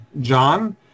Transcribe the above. john